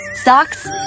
socks